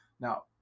Now